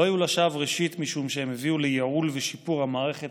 לא היו לשווא ראשית משום שהם הביאו לייעול ולשיפור המערכת